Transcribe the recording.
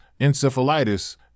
encephalitis